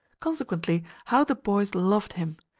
consequently, how the boys loved him!